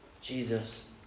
Jesus